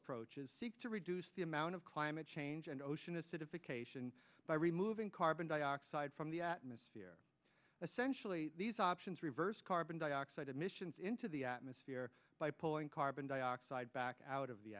approaches seek to reduce the amount of climate change and ocean acidification by removing carbon dioxide from the atmosphere essentially these options reverse carbon dioxide emissions into the atmosphere by pulling carbon dioxide back out of the